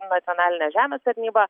nacionalinė žemės tarnyba